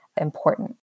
important